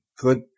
good